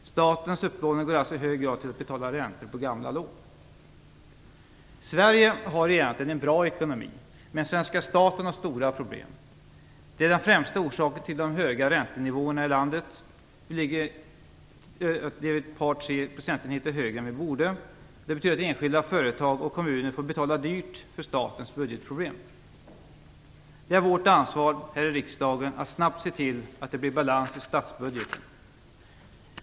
Statens upplåning går alltså i hög grad till att betala räntor på gamla lån. Sverige har egentligen en bra ekonomi, men den svenska staten har stora problem. Det är den främsta orsaken till de höga räntenivåerna i landet. Vi ligger ett par procentenheter högre än vi borde, och det betyder att enskilda, företag och kommuner får betala dyrt för statens budgetproblem. Det är vårt ansvar, här i riksdagen, att snabbt se till att det blir balans i statsbudgeten.